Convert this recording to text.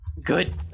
Good